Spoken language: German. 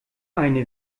eine